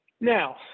Now